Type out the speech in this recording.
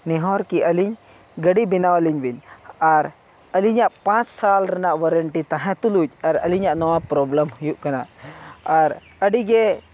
ᱱᱮᱦᱚᱨ ᱠᱤ ᱟᱹᱞᱤᱧ ᱜᱟᱹᱰᱤ ᱵᱮᱱᱟᱣ ᱟᱹᱞᱤᱧ ᱵᱤᱱ ᱟᱨ ᱟᱹᱞᱤᱧᱟᱜ ᱯᱟᱸᱪ ᱥᱟᱞ ᱨᱮᱱᱟᱜ ᱚᱣᱟᱨᱮᱱᱴᱤ ᱛᱟᱦᱮᱸ ᱛᱩᱞᱩᱡ ᱟᱨ ᱟᱹᱞᱤᱧᱟᱜ ᱱᱚᱣᱟ ᱯᱨᱚᱵᱞᱮᱢ ᱦᱩᱭᱩᱜ ᱠᱟᱱᱟ ᱟᱨ ᱟᱹᱰᱤ ᱜᱮ